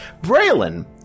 Braylon